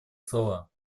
слова